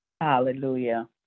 Hallelujah